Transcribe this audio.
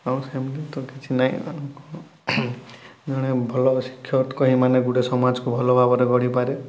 ଆଉ ସେମିତି ତ କିଛି ନାହିଁ ଜଣେ ଭଲ ଶିକ୍ଷକ ହିଁ ମାନେ ଗୋଟେ ସମାଜକୁ ଭଲ ଭାବରେ ଗଢ଼ିପାରେ